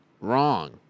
Wrong